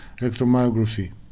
electromyography